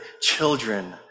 children